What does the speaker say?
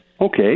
Okay